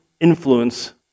influence